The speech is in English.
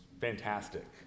fantastic